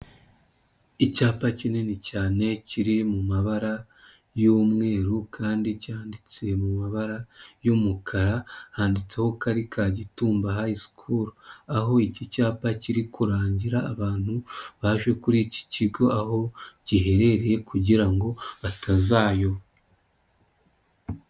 Icyapa kinini cyane kiri mu mabara y'umweru kandi cyanditse mu mabara y'umukara handitseho kari Kagitumba hayi sikuru, aho iki cyapa kiri kurangira abantu baje kuri iki kigo aho giherereye kugira batazayo.